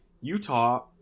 Utah